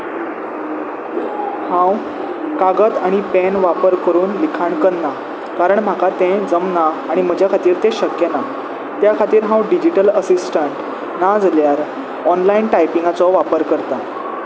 हांव कागद आनी पेन वापर करून लिखाण करना कारण म्हाका तें जमना आनी म्हज्या खातीर तें शक्य ना त्या खातीर हांव डिजीटल अससिस्टंट ना जाल्यार ऑनलायन टायपिंगाचो वापर करतां